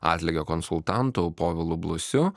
atlygio konsultanto povilu blusiu